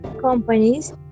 companies